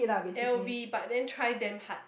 L_V but then try damn hard